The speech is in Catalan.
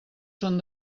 són